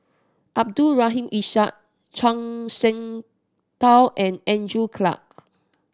Abdul Rahim Ishak Zhuang Shengtao and Andrew Clarke